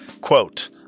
quote